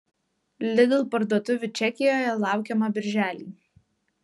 lidl parduotuvių čekijoje laukiama birželį